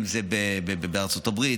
אם זה בארצות הברית,